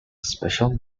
special